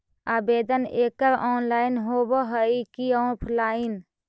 आवेदन एकड़ ऑनलाइन होव हइ की ऑफलाइन?